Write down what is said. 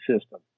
system